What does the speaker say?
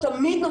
רק שניה.